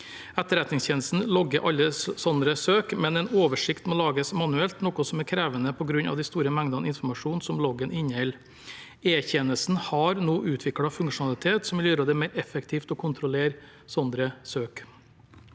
Etterretningstjenesten logger alle slike søk, men en oversikt må lages manuelt, noe som er krevende på grunn av de store mengdene informasjon som loggen inneholder. E-tjenesten har nå utviklet funksjonalitet som vil gjøre det mer effektivt å kontrollere slike